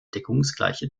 deckungsgleiche